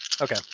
Okay